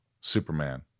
Superman